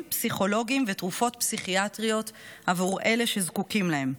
פסיכולוגיים ותרופות פסיכיאטריות עבור אלה שזקוקים להם.